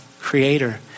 creator